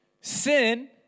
sin